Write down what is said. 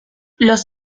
los